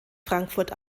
frankfurt